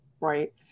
right